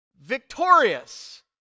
victorious